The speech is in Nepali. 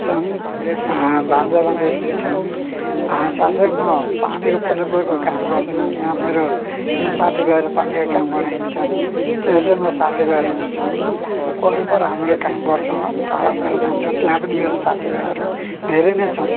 छन् भान्जा भान्जीहेरू पनि छन् साथै म पानीको प्लम्बरको काम गर्छु यहाँ मेरो यहाँ साथीभाइहरू काम गर्नु हुन्छन् छेउ छेउमा साथीभाइहरू पनि छन् वरपर हाम्रो काम गर्छौँ टाढा टाढा जान्छौँ त्यहाँ पनि मेरो साथीभाइहरू धेरै नै छौँ